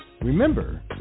Remember